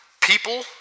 people